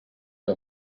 que